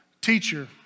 teacher